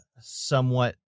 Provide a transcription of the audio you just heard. somewhat